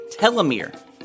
telomere